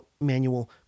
manual